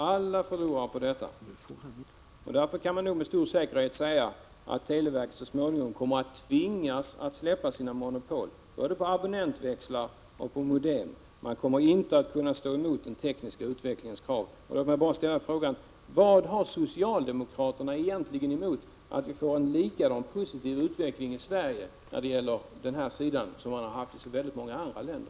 Alla förlorar på detta. Därför kan man med stor säkerhet säga att televerket så småningom kommer att tvingas att släppa sina monopol, både på abonnentväxlar och på modem. Man kommer inte att kunna stå emot den tekniska utvecklingens krav. Låt mig slutligen ställa frågan: Vad har socialdemokraterna egentligen emot att vi får en lika positiv utveckling i Sverige när det gäller telekommunikationer som man har haft i så många andra länder?